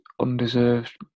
undeserved